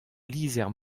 lizher